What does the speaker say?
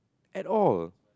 at all